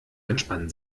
entspannen